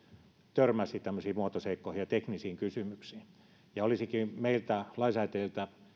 törmäsivät tämmöisiin muotoseikkoihin ja teknisiin kysymyksiin olisikin meiltä lainsäätäjiltä